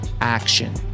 action